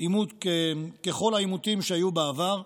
עימות ככל העימותים שהיו בעבר,